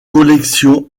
collections